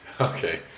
Okay